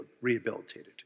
rehabilitated